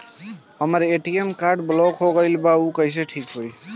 हमर ATM card block हो गईल बा ऊ कईसे ठिक होई?